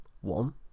one